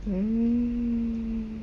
mm